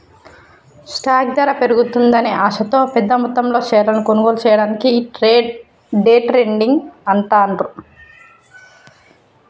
stock ధర పెరుగుతుందనే ఆశతో పెద్దమొత్తంలో షేర్లను కొనుగోలు చెయ్యడాన్ని డే ట్రేడింగ్ అంటాండ్రు